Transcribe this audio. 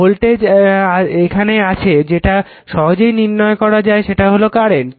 voltage এখানে আছে যেটা সহজেই নির্ণয় করা যায় সেটা হলো কারেন্ট